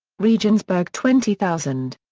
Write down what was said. regensburg twenty thousand.